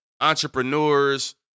entrepreneurs